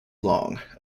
long